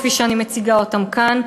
כפי שאני מציגה אותם כאן,